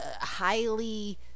highly